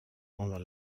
pendant